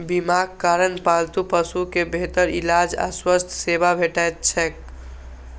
बीमाक कारण पालतू पशु कें बेहतर इलाज आ स्वास्थ्य सेवा भेटैत छैक